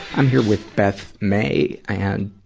i'm here with beth may. i and